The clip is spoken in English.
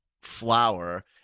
flower